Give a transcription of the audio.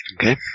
Okay